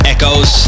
Echoes